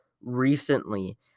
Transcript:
recently